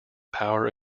power